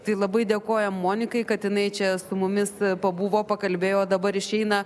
tai labai dėkojam monikai kad jinai čia su mumis pabuvo pakalbėjo o dabar išeina